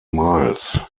miles